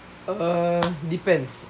uh depends